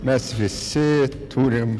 mes visi turim